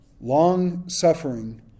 long-suffering